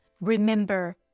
Remember